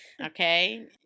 Okay